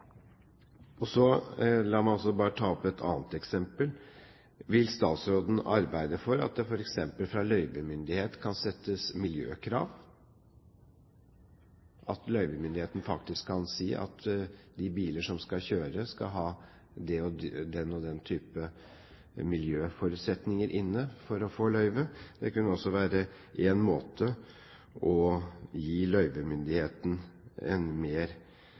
La meg også bare ta et annet eksempel. Vil statsråden arbeide for at det f.eks. fra løyvemyndighet kan settes miljøkrav, at løyvemyndigheten faktisk kan si at de biler som skal kjøre, skal ha den og den type miljøforutsetninger inne for å få løyve? Det kunne også være en måte å gjøre det på for å gi løyvemyndigheten mer